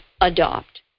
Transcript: adopt